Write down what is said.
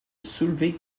soulever